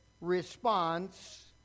response